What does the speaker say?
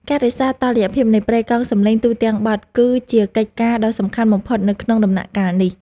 ការរក្សាតុល្យភាពនៃប្រេកង់សំឡេងទូទាំងបទគឺជាកិច្ចការដ៏សំខាន់បំផុតនៅក្នុងដំណាក់កាលនេះ។